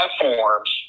platforms